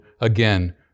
again